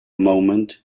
moment